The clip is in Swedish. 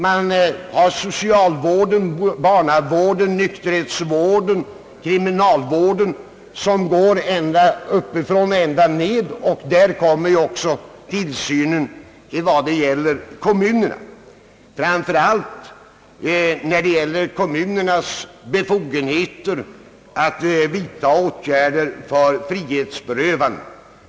Vi har socialvården, barnavården, nykterhetsvården och kriminalvården, som går ända uppifrån och ner — dit hör då också tillsynen evad det gäller kommunerna, framför allt när det gäller dessas befogenheter att vidta åtgärder för frihetsberövanden.